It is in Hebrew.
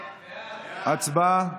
הצבעה.